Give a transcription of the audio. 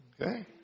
Okay